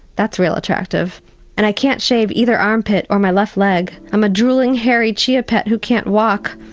that's real attractive and i can't shave either armpit or my left leg. i'm a drooling, hairy cheer pet who can't walk.